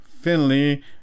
Finley